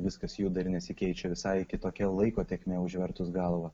viskas juda ir nesikeičia visai kitokia laiko tėkmė užvertus galvą